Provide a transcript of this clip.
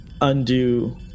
undo